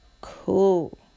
cool